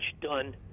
done